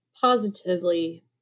positively